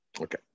Okay